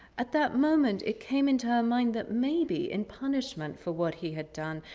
at that moment it came into her mind that maybe, in punishment for what he had done,